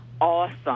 awesome